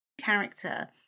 character